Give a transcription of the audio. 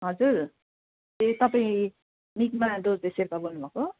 हजुर ए तपाईँ लिल बहादुर चाहिँ सेर्पा बोल्नुभएको हो